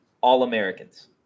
All-Americans